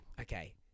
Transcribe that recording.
okay